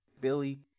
billy